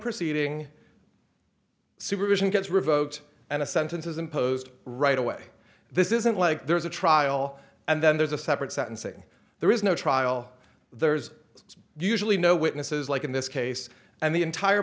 proceeding supervision gets revoked and a sentences imposed right away this isn't like there's a trial and then there's a separate sentencing there is no trial there's usually no witnesses like in this case and the entire